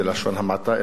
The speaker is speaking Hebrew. בלשון המעטה,